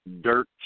dirt